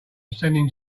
sending